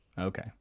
Okay